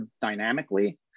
dynamically